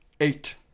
Eight